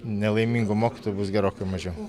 nelaimingų mokytojų bus gerokai mažiau